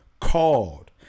called